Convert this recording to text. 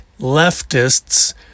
leftists